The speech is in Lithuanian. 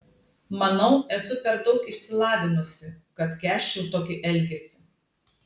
manau esu per daug išsilavinusi kad kęsčiau tokį elgesį